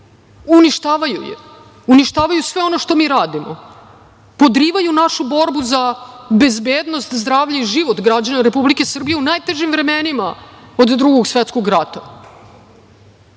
uništavaju je, uništavaju sve ono što mi radimo, podrivaju našu borbu za bezbednost zdravlja i život građana Republike Srbije u najtežim vremenima od Drugog svetskog rata. To